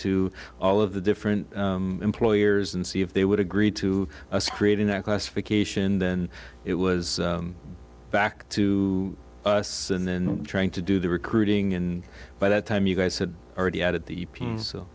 to all of the different employers and see if they would agree to a screening that classification then it was back to us and then trying to do the recruiting in by that time you guys had already had at the s